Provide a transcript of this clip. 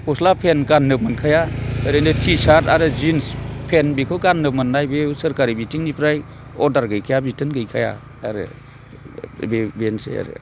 गस्ला पेन्ट गाननो मोनखाया ओरैनो टिसार्ट आरो जिन्स पेन्ट बेखौ गाननो मोननाय बेयो सोरखारि बिथिंनिफ्राय अर्डार गैखाया बिथोन गैखाया आरो बेनोसै आरो